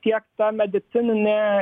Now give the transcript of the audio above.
tiek ta medicininė